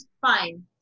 fine